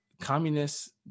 communists